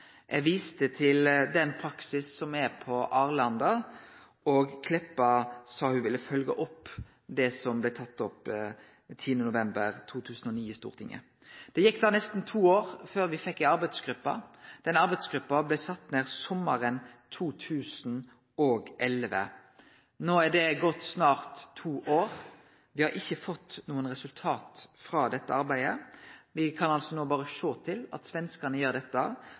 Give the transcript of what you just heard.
Eg viste til den praksis som er på Arlanda, og Meltveit Kleppa sa ho ville følgje opp dette. Det gjekk nesten to år før me fekk ei arbeidsgruppe. Den arbeidsgruppa blei sett ned sommaren 2011. Nå er det gått snart to år. Me har ikkje fått noko resultat frå dette arbeidet. Me kan nå altså berre sjå på at svenskane gjer dette